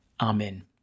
Amen